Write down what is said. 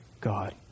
God